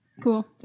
cool